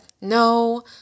no